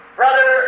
brother